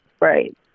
right